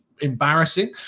embarrassing